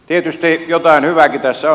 tietysti jotain hyvääkin tässä on